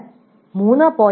2 3